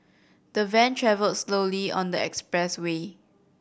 the van travelled slowly on the expressway